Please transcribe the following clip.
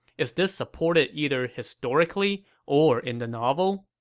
is this supported either historically or in the novel?